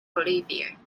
olivier